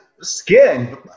skin